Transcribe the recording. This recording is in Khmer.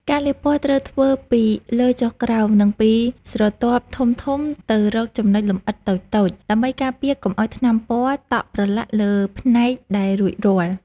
ការលាបពណ៌ត្រូវធ្វើពីលើចុះក្រោម និងពីស្រទាប់ធំៗទៅរកចំណុចលម្អិតតូចៗ ដើម្បីការពារកុំឱ្យថ្នាំពណ៌តក់ប្រឡាក់លើផ្នែកដែលរួចរាល់។